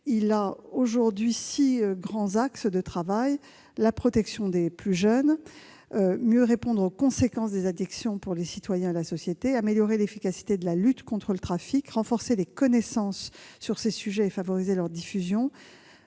qu'il comprend six grands axes de travail : protéger les plus jeunes, mieux répondre aux conséquences des addictions pour les citoyens et la société, améliorer l'efficacité de la lutte contre le trafic, renforcer les connaissances sur ces sujets et favoriser leur diffusion,